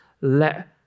let